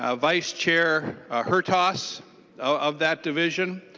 ah vice chair hertaus of that division.